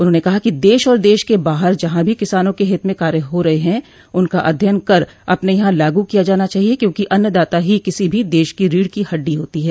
उन्होंने कहा कि देश और देश के बाहर जहां भी किसानों के हित में कार्य हो रहे हैं उनका अध्ययन कर अपने यहां लागू किया जाना चाहिये क्योंकि अन्नदाता ही किसी भी देश की रीढ़ की हड्डी होते हैं